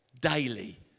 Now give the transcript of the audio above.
daily